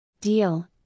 Deal